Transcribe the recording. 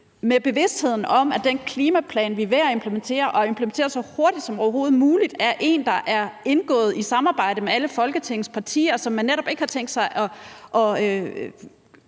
med bevidstheden om, at den klimaplan, vi er ved at implementere så hurtigt som overhovedet muligt, er en, der er indgået i samarbejde med alle Folketingets partier, og som man netop ikke har tænkt sig at